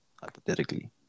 hypothetically